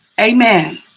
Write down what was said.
Amen